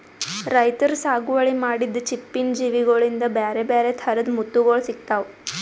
ರೈತರ್ ಸಾಗುವಳಿ ಮಾಡಿದ್ದ್ ಚಿಪ್ಪಿನ್ ಜೀವಿಗೋಳಿಂದ ಬ್ಯಾರೆ ಬ್ಯಾರೆ ಥರದ್ ಮುತ್ತುಗೋಳ್ ಸಿಕ್ತಾವ